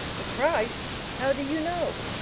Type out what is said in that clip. the christ! how do you know?